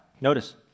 Notice